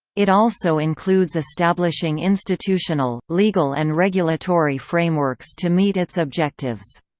it also includes establishing institutional, legal and regulatory frameworks to meet its objectives.